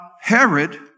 Herod